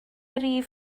rif